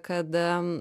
kad a